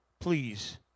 please